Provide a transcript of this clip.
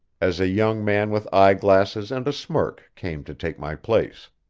as a young man with eye-glasses and a smirk came to take my place.